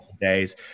days